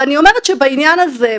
אני אומרת שבעניין הזה,